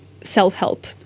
Self-help